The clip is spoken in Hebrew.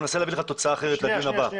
אני אנסה להביא לך תוצאה אחרת לדיון הבא.